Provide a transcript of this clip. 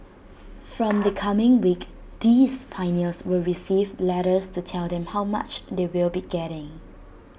from the coming week these pioneers will receive letters to tell them how much they will be getting